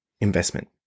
investment